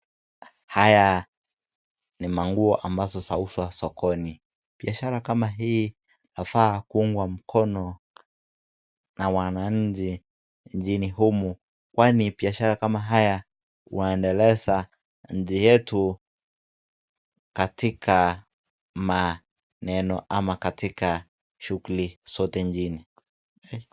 Haya ni manguo ambazo zauzwa sokoni. Biashara kama hii inafaa kuungwa mkono na wananchi nchini humu kwani biashara kama haya waendeleza nchi yetu katika maneno ama katika shughuli zote nchini.